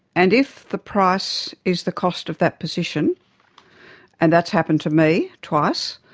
and if the price is the cost of that position and that's happened to me, twice,